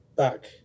back